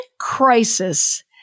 crisis